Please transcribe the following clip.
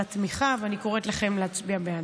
על התמיכה, ואני קוראת לכם להצביע בעד.